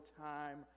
time